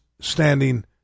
standing